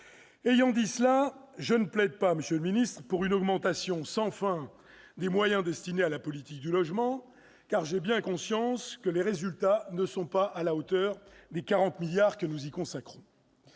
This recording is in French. d'État, je ne plaide pas pour une augmentation sans fin des moyens destinés à la politique du logement, car j'ai bien conscience que les résultats ne sont pas à la hauteur des 40 milliards d'euros que nous y consacrons.